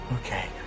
Okay